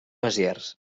besiers